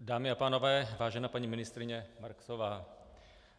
Dámy a pánové, vážená paní ministryně Marksová,